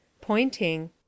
pointing